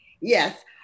Yes